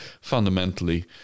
fundamentally